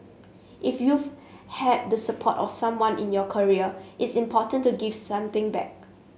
if you've had the support of someone in your career it's important to give something back